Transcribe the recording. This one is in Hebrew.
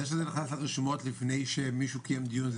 איך זה נכנס לרשומות לפני שמישהו קיים דיון,